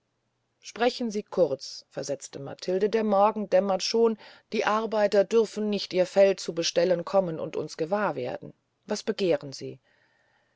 sprechen sie kurz versetzte matilde der morgen dämmert schon heran die arbeiter dürfen nicht ihr feld zu bestellen kommen und uns gewahr werden was begehren sie